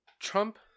Trump